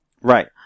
Right